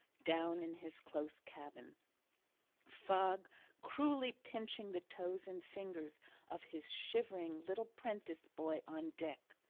down in his close cabin fog cruelly pinching the toes and fingers of his shivering little prentice boy on deck.